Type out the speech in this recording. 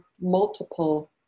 multiple